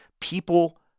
People